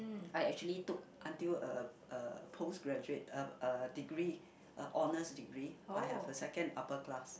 I actually took until a a postgraduate a a degree a honour's degree I have the second upper class